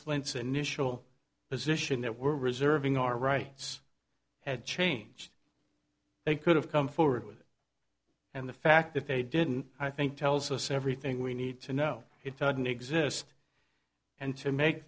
flints initial position that we're reserving our rights had changed they could have come forward with and the fact that they didn't i think tells us everything we need to know it doesn't exist and to make